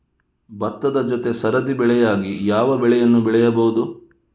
ಭತ್ತದ ಜೊತೆ ಸರದಿ ಬೆಳೆಯಾಗಿ ಯಾವ ಬೆಳೆಯನ್ನು ಬೆಳೆಯಬಹುದು?